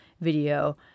video